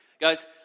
Guys